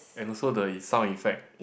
and also the e~ sound effect